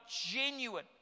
genuine